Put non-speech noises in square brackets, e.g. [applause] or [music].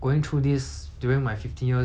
[breath]